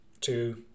two